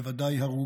בוודאי של הרוג.